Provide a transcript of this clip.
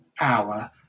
hour